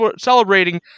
celebrating